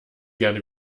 gerne